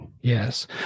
Yes